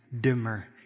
dimmer